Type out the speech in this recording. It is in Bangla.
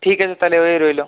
ঠিক আছে তাহলে ওই রইল